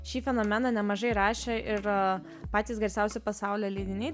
šį fenomeną nemažai rašė ir patys garsiausi pasaulio leidiniai